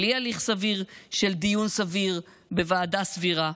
בלי הליך סביר של דיון סביר בוועדה סבירה.